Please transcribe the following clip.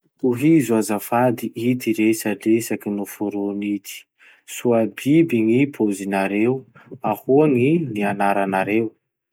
Tohizo azafady ity resadresaky noforony ity: Soa biby gny pozinareo; Ahoa gny nianaranareo